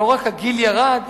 לא רק שהגיל ירד,